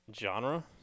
genre